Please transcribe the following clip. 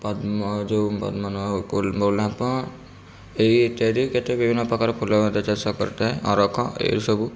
ପଦ୍ମ ଆମର ଯେଉଁ ଗୋଲାପ ଏହି ଇତ୍ୟାଦି କେତେ ବିଭିନ୍ନ ପ୍ରକାର ଫୁଲ ମଧ୍ୟ ଚାଷ କରିଥାଏ ଅରଖ ଏହିସବୁ